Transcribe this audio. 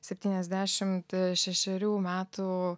septyniasdešimt šešerių metų